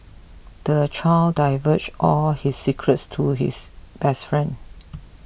the child divulged all his secrets to his best friend